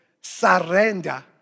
surrender